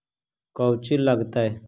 कौची लगतय?